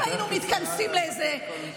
אם היינו מתכנסים לאיזה,